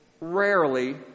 rarely